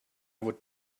would